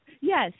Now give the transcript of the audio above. Yes